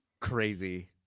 crazy